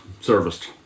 serviced